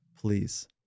Please